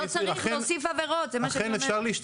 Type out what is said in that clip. לא צריך להוסיף עבירות, זה מה שאני אומרת.